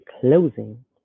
closing